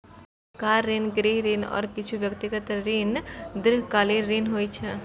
car ऋण, गृह ऋण, आ किछु व्यक्तिगत ऋण दीर्घकालीन ऋण होइ छै